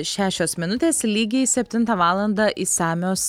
šešios minutės lygiai septintą valandą išsamios